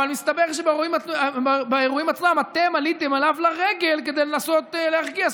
אבל מסתבר שבאירועים עצמם אתם עליתם אליו לרגל כדי לנסות להרגיע.